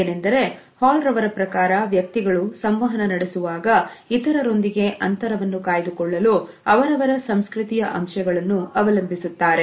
ಏನೆಂದರೆ ಹಾಲ್ ರವರ ಪ್ರಕಾರ ವ್ಯಕ್ತಿಗಳು ಸಂವಹನ ನಡೆಸುವಾಗ ಇತರರೊಂದಿಗೆ ಅಂತರವನ್ನು ಕಾಯ್ದುಕೊಳ್ಳಲು ಅವರವರ ಸಂಸ್ಕೃತಿಯ ಅಂಶಗಳನ್ನು ಅವಲಂಬಿಸುತ್ತಾರೆ